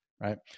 right